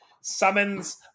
summons